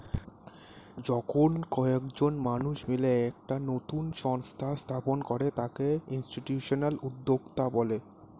যখন কয়েকজন মানুষ মিলে একটা নতুন সংস্থা স্থাপন করে তাকে ইনস্টিটিউশনাল উদ্যোক্তা বলে